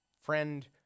friend